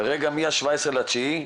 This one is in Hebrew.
כרגע מתאריך 17 בספטמבר,